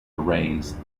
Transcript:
arrays